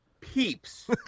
Peeps